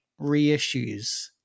reissues